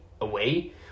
away